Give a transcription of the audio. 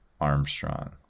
Armstrong